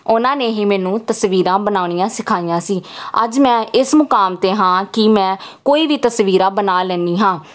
ਉਹਨਾਂ ਨੇ ਹੀ ਮੈਨੂੰ ਤਸਵੀਰਾਂ ਬਣਾਉਣੀਆਂ ਸਿਖਾਈਆਂ ਸੀ ਅੱਜ ਮੈਂ ਇਸ ਮੁਕਾਮ 'ਤੇ ਹਾਂ ਕਿ ਮੈਂ ਕੋਈ ਵੀ ਤਸਵੀਰਾਂ ਬਣਾ ਲੈਂਦੀ ਹਾਂ